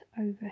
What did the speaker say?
over